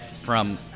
from-